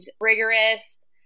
rigorous